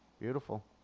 beautiful